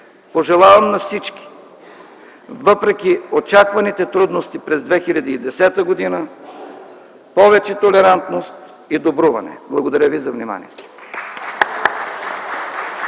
пожелавам на всички, въпреки очакваните трудности през 2010 г., повече толерантност и добруване. Благодаря ви за вниманието.